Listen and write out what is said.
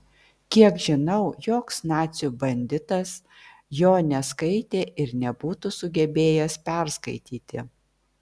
kiek žinau joks nacių banditas jo neskaitė ir nebūtų sugebėjęs perskaityti